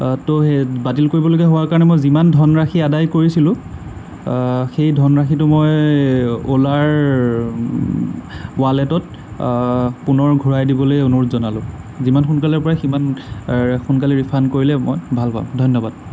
ত' সেই বাতিল কৰিবলগীয়া হোৱা কাৰণে মই যিমান ধনৰাশি আদায় কৰিছিলোঁ সেই ধনৰাশিটো মই অ'লাৰ ৱালেটত পুনৰ ঘূৰাই দিবলৈ অনুৰোধ জনালোঁ যিমান সোনকালে পাৰে সিমান সোনকালে ৰিফাণ্ড কৰিলে মই ভাল পাম ধন্যবাদ